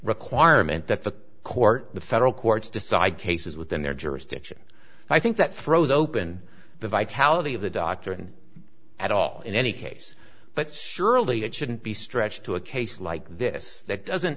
requirement that the court the federal courts decide cases within their jurisdiction i think that throws open the vitality of the doctrine at all in any case but surely it shouldn't be stretched to a case like this that doesn't